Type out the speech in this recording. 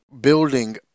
building